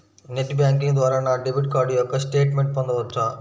Net banking ద్వారా నా debit card యొక్క స్టేట్మెంట్ పొందవచ్చా?